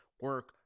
Work